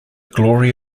glory